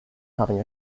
having